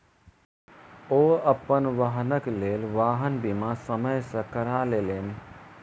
ओ अपन वाहनक लेल वाहन बीमा समय सॅ करा लेलैन